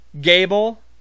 Gable